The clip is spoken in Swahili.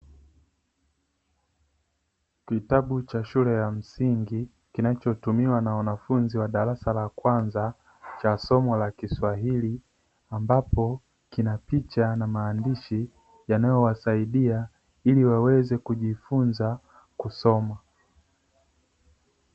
Kitabu cha shule ya msingi kinachotumiwa na wanafunzi wa darasa la kwanza, cha somo la kiswahili ambapo kina picha na maandishi yanayowasaidia ili waweze kujifunza kusoma.